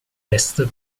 est